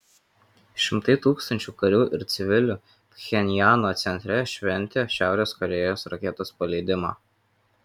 šimtai tūkstančių karių ir civilių pchenjano centre šventė šiaurės korėjos raketos paleidimą